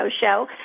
show